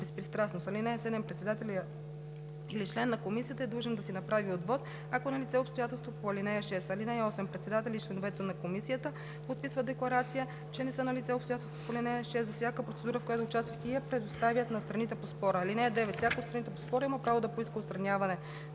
(7) Председателят или член на комисията е длъжен да си направи отвод, ако е налице обстоятелство по ал. 6. (8) Председателят и членовете на комисията подписват декларация, че не са налице обстоятелствата по ал. 6 за всяка процедура, в която участват, и я предоставят на страните по спора. (9) Всяка от страните по спора има право да поиска отстраняване